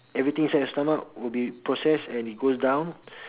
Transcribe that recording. everything inside your stomach will be processed and it goes down